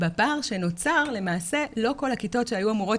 בפער שנוצר למעשה לא כל הכיתות שהיו אמורות